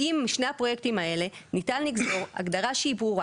האם משני הפרויקטים האלה ניתן לגזור הגדרה שהיא ברורה,